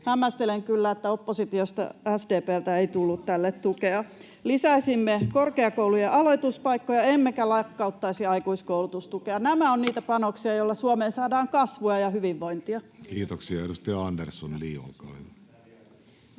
Hämmästelen kyllä, että oppositiosta SDP:ltä ei tullut tälle tukea. Lisäisimme korkeakoulujen aloituspaikkoja emmekä lakkauttaisi aikuiskoulutustukea. Nämä ovat niitä panoksia, joilla Suomeen saadaan kasvua ja hyvinvointia. [Speech 106] Speaker: Jussi Halla-aho